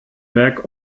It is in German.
werk